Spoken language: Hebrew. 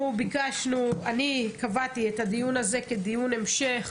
אני קבעתי את הדיון הזה כדיון המשך